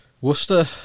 Worcester